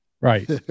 Right